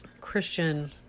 Christian